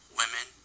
women